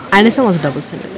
I understand what's double standard